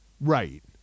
Right